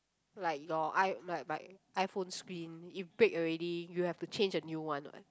like your I like my iPhone screen it break already you have to change a new one [what]